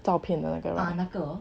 照片的那个